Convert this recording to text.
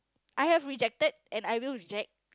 I have rejected and I will reject